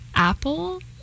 Apple